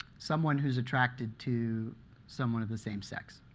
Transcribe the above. someone who's attracted to someone of the same sex.